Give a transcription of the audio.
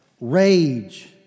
rage